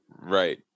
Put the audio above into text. Right